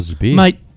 mate